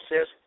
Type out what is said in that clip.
says